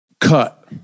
cut